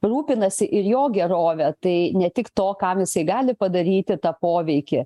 rūpinasi ir jo gerove tai ne tik to kam jisai gali padaryti tą poveikį